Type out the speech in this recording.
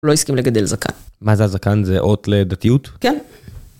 הוא לא הסכים לגדל זקן. מה זה הזקן, זה אות לדתיות? כן.